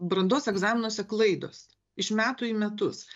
brandos egzaminuose klaidos iš metų į metus